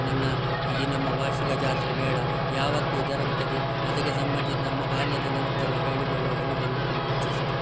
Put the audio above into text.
ನನ್ನ ಈ ನಮ್ಮ ವಾರ್ಷಿಕ ಜಾತ್ರೆ ಮೇಳ ಯಾವತ್ತು ಜರಗುತ್ತದೆ ಅದಕ್ಕೆ ಸಂಬಂಧಿತ ನಮ್ಮ ಬಾಲ್ಯದ ನೆನಪುಗಳು ಹೇಳಿಕೊಳ್ಳು ಹೇಳಿಕೊಳ್ಳಲು ತುಂಬಾ ಇಚ್ಛಿಸುತ್ತೇನೆ